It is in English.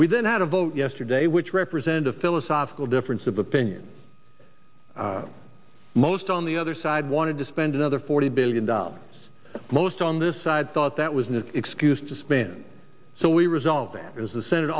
then had a vote yesterday which represent a philosophical difference of opinion most on the other side wanted to spend another forty billion dollars most on this side thought that was an excuse to spend so we resolved that as the senate